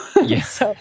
Yes